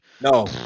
no